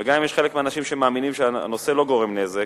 גם אם חלק מהאנשים מאמינים שזה לא גורם נזק,